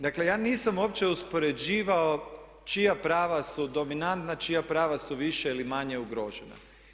Dakle, ja nisam uopće uspoređivao čija prava su dominantna, čija prava su više ili manje ugrožena.